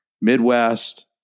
Midwest